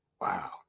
Wow